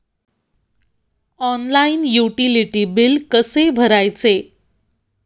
Online utility बिले कसे भरायचे?